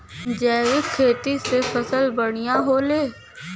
जैविक खेती से फसल बढ़िया होले